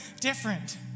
different